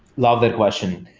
love that question.